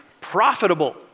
profitable